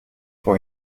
for